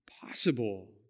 possible